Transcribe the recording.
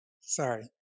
Sorry